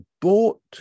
bought